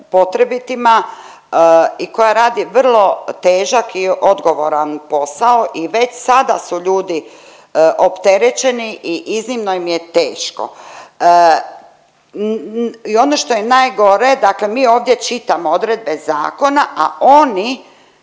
potrebitima i koja radi vrlo težak i odgovoran posao i već sada su ljudi opterećeni i iznimno im je teško. I onda što je najgore dakle mi ovdje čitamo odredbe zakona, a oni